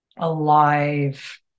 alive